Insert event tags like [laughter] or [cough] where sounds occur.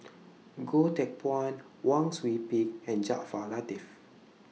[noise] Goh Teck Phuan Wang Sui Pick and Jaafar Latiff